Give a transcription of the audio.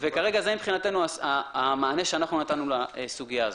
כרגע זה מבחינתנו המענה שאנחנו נתנו לסוגיה הזאת.